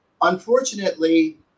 unfortunately